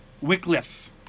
Wycliffe